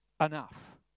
enough